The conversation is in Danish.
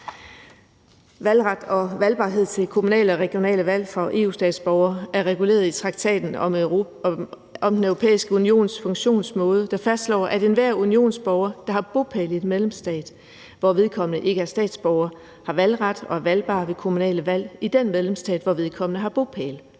Valgret og valgbarhed til kommunale og regionale valg for EU-statsborgere er reguleret i Traktaten om Den Europæiske Unions Funktionsmåde, der fastslår, at enhver unionsborger, der har bopæl i en medlemsstat, hvor vedkommende ikke er statsborger, har valgret og er valgbar ved kommunale valg i den medlemsstat, hvor vedkommende har bopæl,